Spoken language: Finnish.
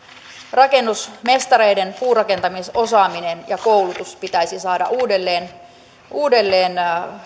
rakennusmestareiden puurakentamisosaaminen ja koulutus pitäisi saada uudelleen uudelleen